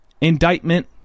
indictment